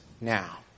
now